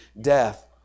death